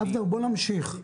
אבנר, בואו נמשיך.